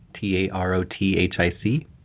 T-A-R-O-T-H-I-C